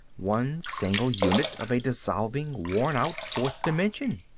one single unit of a dissolving, worn-out fourth dimension.